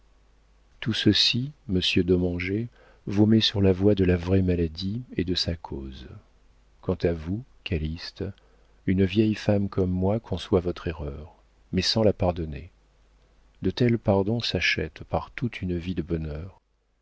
tout ceci monsieur dommanget vous met sur la voie de la vraie maladie et de sa cause quant à vous calyste une vieille femme comme moi conçoit votre erreur mais sans la pardonner de tels pardons s'achètent par toute une vie de bonheur